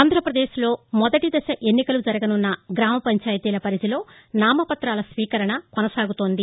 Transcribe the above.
ఆంధ్రప్రదేశ్లో మొదటి దశ ఎన్నికలు జరుగనున్న గ్రామ పంచాయితీ పరిధిలో నామ పతాల స్వీకరణ కొనసాగుతోంది